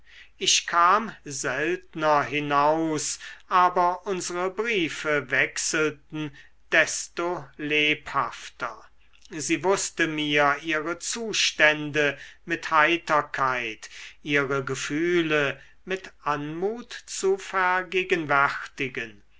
ich kam seltner hinaus aber unsere briefe wechselten desto lebhafter sie wußte mir ihre zustände mit heiterkeit ihre gefühle mit anmut zu vergegenwärtigen